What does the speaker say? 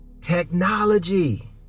technology